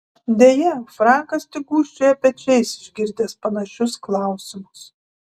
deja frankas tik gūžčioja pečiais išgirdęs panašius klausimus